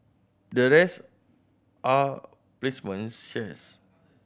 the rest are placement shares